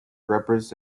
signals